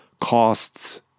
Costs